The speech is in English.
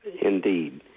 Indeed